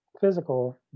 Physical